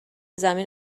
زمین